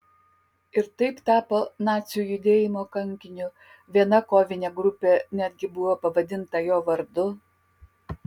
ir taip tapo nacių judėjimo kankiniu viena kovinė grupė netgi buvo pavadinta jo vardu